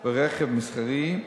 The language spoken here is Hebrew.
ברכב מסחרי,